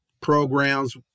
programs